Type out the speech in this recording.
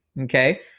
okay